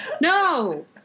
No